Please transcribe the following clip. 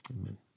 Amen